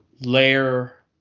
layer